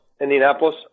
Indianapolis